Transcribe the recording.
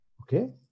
Okay